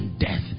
Death